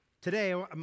Today